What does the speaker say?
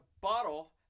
bottle